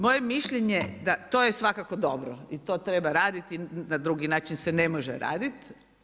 Moje je mišljenje da to je svakako dobro i to treba raditi, na drugi način se ne može radit.